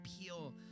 appeal